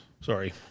Sorry